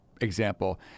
example